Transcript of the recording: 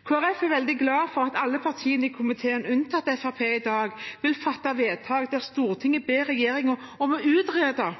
Folkeparti er veldig glad for at alle partier i komiteen unntatt Fremskrittspartiet i dag vil fatte vedtak der Stortinget ber regjeringen utrede